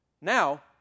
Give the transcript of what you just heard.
Now